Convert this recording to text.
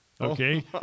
Okay